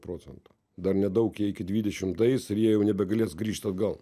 procentų dar nedaug jie iki dvidešim daeis ir jie jau nebegalės grįžt atgal